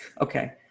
Okay